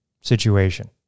situation